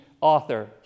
author